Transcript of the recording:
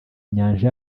nyanja